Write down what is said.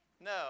No